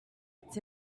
its